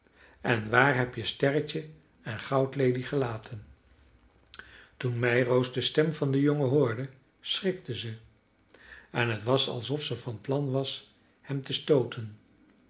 en waar heb je sterretje en goudlelie gelaten toen meiroos de stem van den jongen hoorde schrikte ze en het was alsof ze van plan was hem te stooten